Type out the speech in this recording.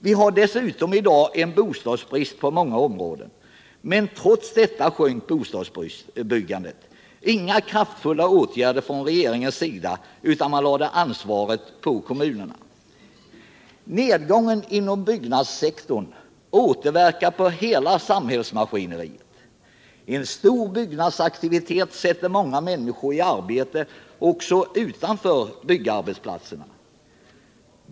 Vi har dessutom i dag en bostadsbrist i många områden, men trots detta sjönk bostadsbyggandet. Regeringen vidtog inga kraftfulla åtgärder utan den lade ansvaret på kommunerna. Nedgången inom byggnadssektorn återverkar på hela samhällsmaskineriet. En omfattande byggnadsaktivitet sätter många människor i arbete också utanför byggarbetsplatserna.